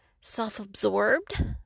self-absorbed